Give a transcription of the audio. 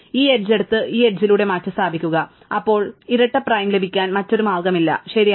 ഈ എഡ്ജ് എടുത്ത് ഈ എഡ്ജ് ലൂടെ മാറ്റിസ്ഥാപിക്കുക അപ്പോൾ ഇരട്ട പ്രൈം ലഭിക്കാൻ മറ്റൊരു മാർഗമില്ല ശരിയാണ്